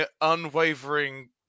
unwavering